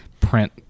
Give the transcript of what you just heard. print